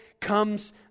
comes